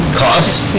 costs